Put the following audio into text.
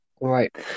right